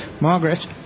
Margaret